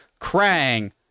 Krang